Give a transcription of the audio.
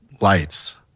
lights